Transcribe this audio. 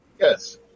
Yes